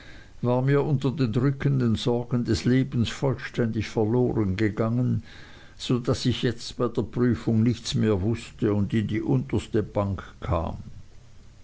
war mir unter den drückenden sorgen des lebens vollständig verloren gegangen so daß ich jetzt bei der prüfung nichts mehr wußte und in die unterste bank kam